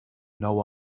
now